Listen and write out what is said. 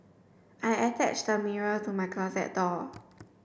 I attached the mirror to my closet door